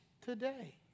today